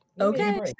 okay